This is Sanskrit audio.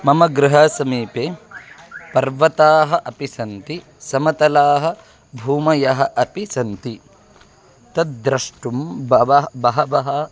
मम गृहस्य समीपे पर्वताः अपि सन्ति समतलाः भूमयः अपि सन्ति तद्द्रष्टुं बहवः बहवः